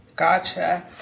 Gotcha